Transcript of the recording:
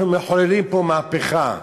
אנחנו מחוללים פה מהפכה,